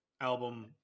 album